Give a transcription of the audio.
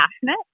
passionate